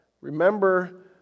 Remember